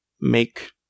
make